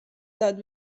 داد